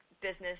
business